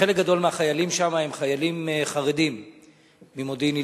חלק גדול מהחיילים שם הם חיילים חרדים ממודיעין-עילית,